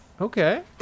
Okay